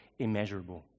immeasurable